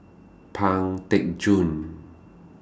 Pang Teck Joon